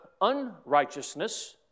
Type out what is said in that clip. unrighteousness